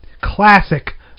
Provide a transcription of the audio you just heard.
classic